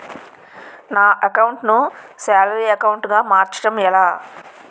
నా అకౌంట్ ను salary account గా మార్చటం ఎలా?